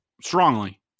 strongly